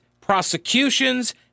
prosecutions